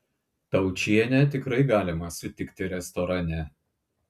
taučienę tikrai galima sutikti restorane